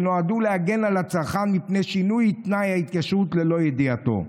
שנועדו להגן על הצרכן מפני שינוי תנאי ההתיישנות ללא ידיעתו.